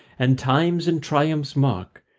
and times and triumphs mark,